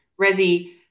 resi